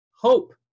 hope